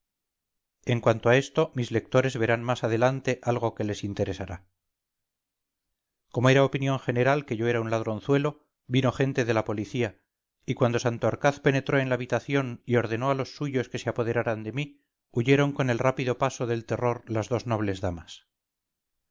en cuanto a esto mis lectores verán más adelante algo que les interesará como era opinión general que yo era un ladronzuelo vino gente de la policía y cuando santorcaz penetró en la habitación y ordenó a los suyos que se apoderaran de mí huyeron con el rápido paso del terror las dos nobles damas